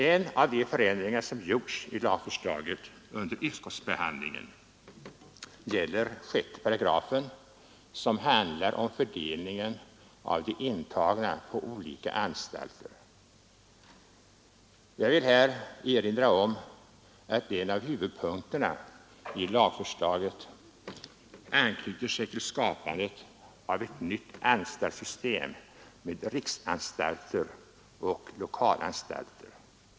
En av de förändringar som gjorts i lagförslaget under utskottsbehandlingen gäller 6 §, som handlar om fördelningen av de intagna på olika anstalter. Jag vill här erinra om att en av huvudpunkterna i lagförslaget är skapandet av ett nytt anstaltssystem med riksanstalter och lokalanstalter.